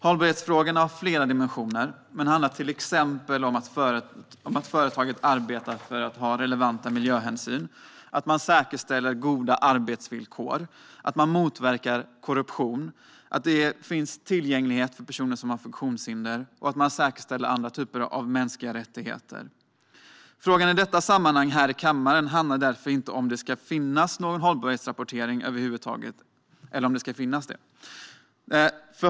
Hållbarhetsfrågorna har flera dimensioner, men de handlar till exempel om hur företaget ska arbeta för att ta relevanta miljöhänsyn, säkerställa goda arbetsvillkor, motverka korruption, att det finns tillgänglighet för personer med funktionshinder och att man säkerställer alla typer av mänskliga rättigheter. Frågan i detta sammanhang här i kammaren handlar därför inte om ifall det ska finnas någon hållbarhetsrapportering över huvud taget utan om det ska finnas det.